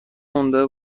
مونده